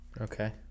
okay